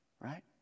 Right